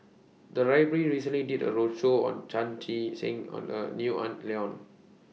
The Library recently did A roadshow on Chan Chee Seng and A Neo Ah Luan